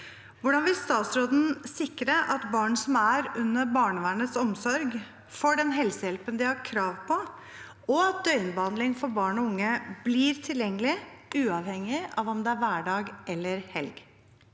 Hvordan vil statsråden sikre at barn som er under barnevernets omsorg, får den helsehjelpen de har krav på, og at døgnbehandling for barn og unge blir tilgjengelig uavhengig av om det er hverdag eller helg?»